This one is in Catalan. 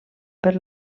per